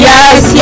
Yes